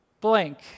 blank